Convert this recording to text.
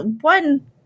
one